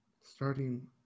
Starting